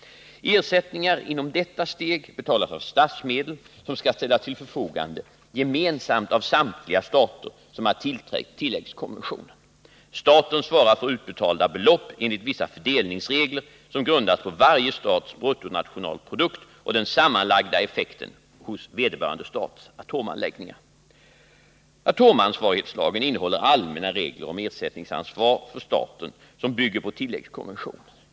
Ersättningar inom detta steg betalas av statsmedel, som skall ställas till förfogande gemensamt av samtliga stater som har tillträtt tilläggskonventionen. Staterna svarar för utbetalda belopp enligt vissa fördelningsregler som grundas på varje stats bruttonationalprodukt och den sammanlagda effekten hos vederbörande stats atomanläggningar. Atomansvarighetslagen innehåller allmänna regler om ersättningsansvar för staten som bygger på tilläggskonventionen.